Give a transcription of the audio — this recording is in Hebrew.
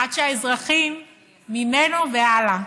עד שהאזרחים ממנו והלאה.